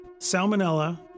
Salmonella